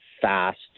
fast